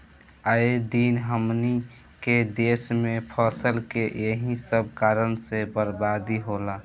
आए दिन हमनी के देस में फसल के एही सब कारण से बरबादी होला